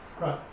Right